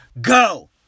go